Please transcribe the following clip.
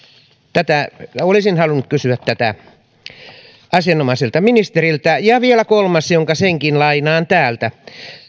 olisin halunnut kysyä tästä asianomaiselta ministeriltä ja vielä kolmas jonka senkin lainaan täältä